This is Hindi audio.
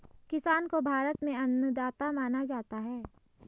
किसान को भारत में अन्नदाता माना जाता है